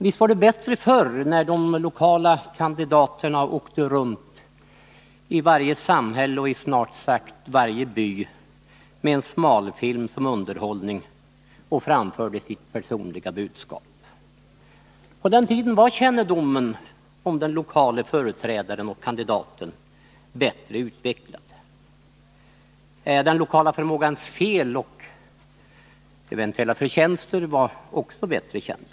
Visst var det bättre förr, när de lokala kandidaterna åkte runt i varje samhälle och i snart sagt varje by med en smalfilm som underhållning och framförde sitt personliga budskap. På den tiden var kännedomen om den lokale företrädaren och kandidaten bättre utvecklad. Den lokala förmågans fel och eventuella förtjänster var också bättre kända.